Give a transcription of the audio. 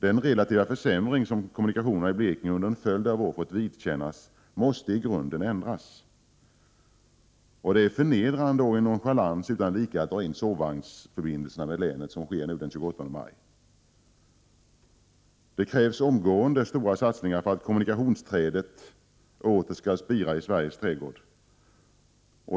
Den relativa försämring som kommunikationerna i Blekinge under en följd av år fått vidkännas måste i grunden ändras. Det är förnedrande och en nonchalans utan like att man drar in sovvagnsförbindelserna, vilket skall ske den 28 maj. Det krävs omgående stora satsningar för att kommunikationsträdet åter skall spira i Sveriges trädgård.